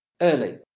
Early